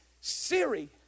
Siri